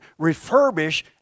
refurbish